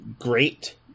great